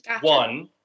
One